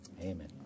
amen